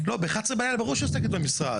ב-23:00 בלילה ברור שהיא עוסקת במשרד.